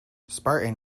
spartan